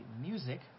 music